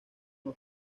los